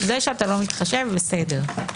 זה שאתה לא מתחשב בסדר.